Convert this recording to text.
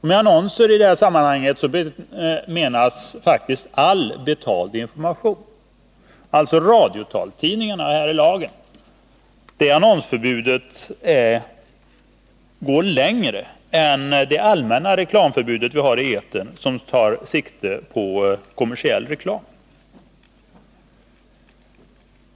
Med annonser menas i detta sammanhang faktiskt all betald information. Annonsförbudet i lagen om radiotaltidningar går således längre än det allmänna reklamförbudet i etern, som tar sikte på kommersiell reklam.